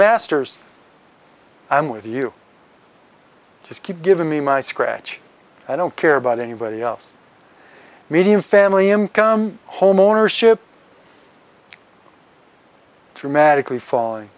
masters i'm with you just keep giving me my scratch i don't care about anybody else median family income homeownership dramatically falling